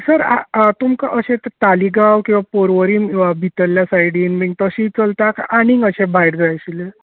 sir तुमकां अशें तालिगांव किवा परवरी वा भितरल्या सायडीन बी तशी चलता काय आनी अशें भायर जाय आशिल्लें